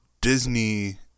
Disney